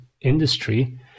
industry